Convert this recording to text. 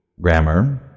Grammar